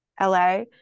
LA